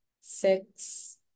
Six